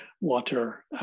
water